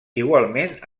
igualment